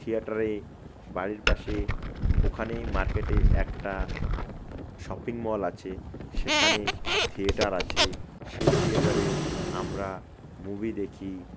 থিয়েটারে বাড়ির পাশে ওখানেই মার্কেটে একটা শপিং মল আছে সেখানে থিয়েটার আছে সেই থিয়েটারেও আমরা মুভি দেখি